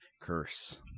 Curse